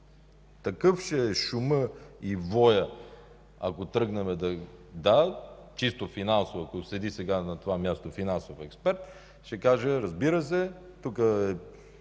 Такъв ще е шумът и воят, ако тръгнем... Да, чисто финансово, ако сега на това място седи финансов експерт, ще каже: „Разбира се, тук е